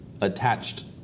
attached